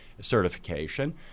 certification